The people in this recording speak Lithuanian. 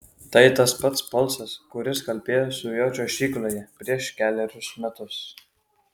tai tas pats balsas kuris kalbėjo su juo čiuožykloje prieš kelerius metus